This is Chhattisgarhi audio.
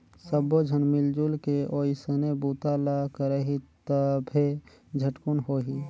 सब्बो झन मिलजुल के ओइसने बूता ल करही तभे झटकुन होही